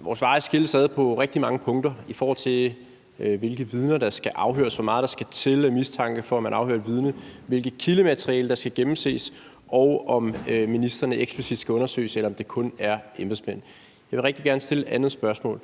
Vores veje skiltes på rigtig mange punkter: i forhold til hvilke vidner der skal afhøres; hvor meget der skal til af mistanke, for at man afhører et vidne; hvilket kildemateriale der skal gennemses; og om ministrene eksplicit skal undersøges, eller om det kun er embedsmænd. Jeg vil rigtig gerne stille et andet spørgsmål: